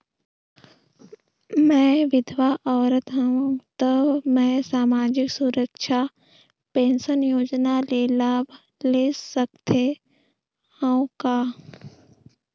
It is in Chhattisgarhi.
मैं विधवा औरत हवं त मै समाजिक सुरक्षा पेंशन योजना ले लाभ ले सकथे हव का?